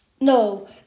No